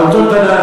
על אותו תנא,